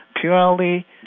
purely